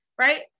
right